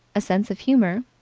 a sense of humor,